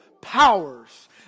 powers